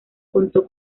contó